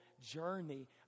journey